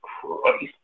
Christ